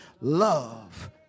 love